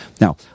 Now